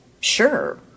sure